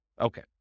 Okay